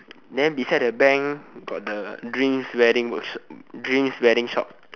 then beside the bank got the drinks wedding works~ drinks wedding shop